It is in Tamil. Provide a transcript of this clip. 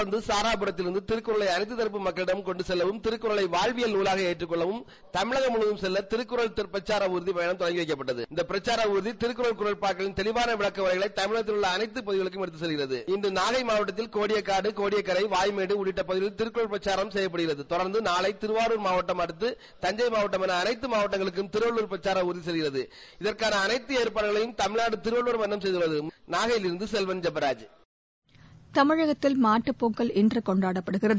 தொடர்ந்து சாராபரத்திலிருந்து திருக்குறளை அனைத்து மக்களிடமும் கொண்டு செல்லவும் திருக்குறளை வாழ்வியில் நூலாக ஏற்றுக் கொள்ளவும் தமிழகம் முழுவதம் செல்ல திருக்குறள் பிரக்கார ஊர்திப் பயணம் தொடங்கி வைக்கப்பட்டது இந்த பிரக்கார ஊர்தி திருக்குறள் குறட்பாக்களின் தெளிவான விளக்க உறைகளை தமிழத்தில் உள்ள அளைத்து பகுதிகளுக்கு எடுத்துச் செல்கிறது இன்று நாகை மாவட்டத்தில் கோடியக்காடு கோடியக்கரை வாய்மேடு உள்ளிட்ட பகுதிகளில் கிருக்குறள் பிரக்காரம் செய்யப்படுகிறது கொடர்ந்து நாளை திருவாருந் மாவட்டம் அடுத்து தஞ்சை மாவட்டம் என அனைத்து மாவட்டங்களுக்கும் திருவள்ளுவா் பிரச்சார ஊா்தி செல்கிறது இதற்காள அளைத்து ஏற்பாடுகளையும் தமிழ்நாடு திருவள்ளுவர் மன்றம் செப்துள்ளது நாகையிலிருந்து செல்வன் ஜெபாஜ் தமிகத்தில் மாட்டுப் பொங்கல் இன்று கொண்டாடப்படுகிறது